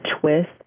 twist